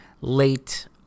late